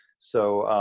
so,